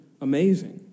amazing